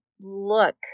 look